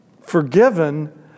forgiven